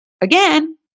Again